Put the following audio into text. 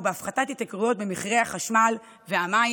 הפחתת התייקרויות במחירי החשמל והמים